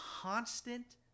constant